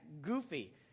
goofy